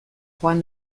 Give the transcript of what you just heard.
joan